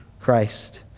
Christ